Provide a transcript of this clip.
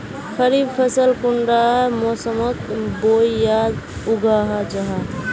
खरीफ फसल कुंडा मोसमोत बोई या उगाहा जाहा?